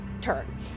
turn